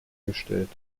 gestellt